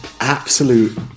absolute